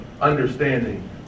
understanding